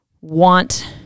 want